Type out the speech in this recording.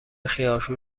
خیارشور